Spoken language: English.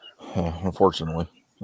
Unfortunately